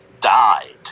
died